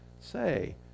say